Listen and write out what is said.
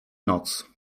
noc